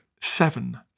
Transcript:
seven